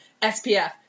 SPF